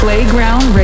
Playground